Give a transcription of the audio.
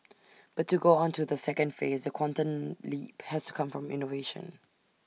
but to go on to the second phase the quantum leap has to come from innovation